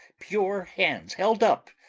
pure hands held up,